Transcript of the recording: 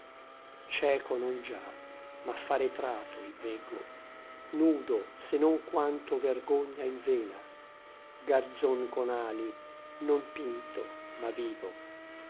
cieco non già ma pharetrato il veggo nudo se non quanto vergogna il vela garzon con ali non pinto ma vivo